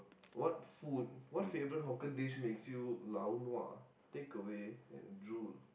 what food what favourite hawker dish makes you lau nua takeaway and drool